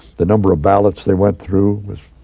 the number of ballots they went through was,